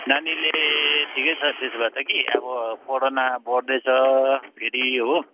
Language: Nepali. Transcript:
नानीले ठिकै छ त्यसो भए त कि अब कोरोना बढ्दैछ फेरि हो